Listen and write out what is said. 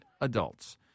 adults